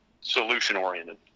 solution-oriented